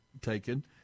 taken